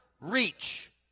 reach